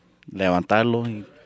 levantarlo